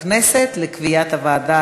הכנסת נתקבלה.